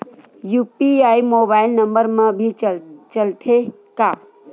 UPI mobile number मा भी चलते हे का?